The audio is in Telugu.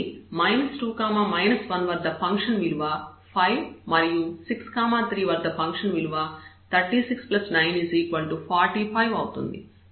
కాబట్టి 2 1 వద్ద ఫంక్షన్ విలువ 5 మరియు 6 3 వద్ద ఫంక్షన్ విలువ 36 945 అవుతుంది